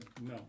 no